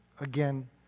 Again